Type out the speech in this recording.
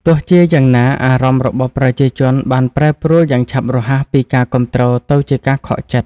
ទោះជាយ៉ាងណា អារម្មណ៍របស់ប្រជាជនបានប្រែប្រួលយ៉ាងឆាប់រហ័សពីការគាំទ្រទៅជាការខកចិត្ត។